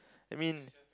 I mean